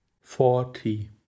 forty